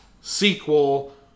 sequel